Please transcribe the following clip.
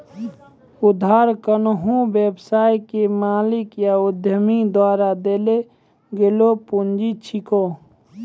उधार कोन्हो व्यवसाय के मालिक या उद्यमी द्वारा देल गेलो पुंजी छिकै